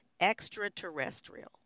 extraterrestrial